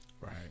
right